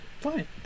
fine